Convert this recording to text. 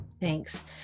thanks